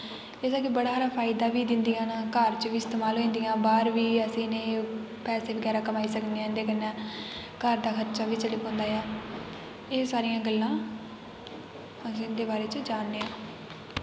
एह्दा के बड़ा हारा फायदा बी दिंदियां न घर च बी इस्तमाल होई जंदियां बाह्र बी असें नेईं पैसे बगैरा कमाई सकने आं इं'दे कन्नै घर दा खर्चा बी चली पौंदा ऐ एह् सारियां गल्लां अस इं'दे बारे च जानने आं